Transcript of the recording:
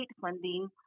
funding